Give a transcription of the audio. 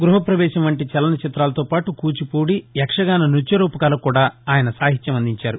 గృహాప్రవేశం వంటి చలనచిత్రాలతో పాటు కూచిపూడి యక్షగాన నృత్య రూపకాలకు కూడా సాహిత్యం అందించారు